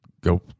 go